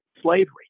slavery